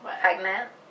pregnant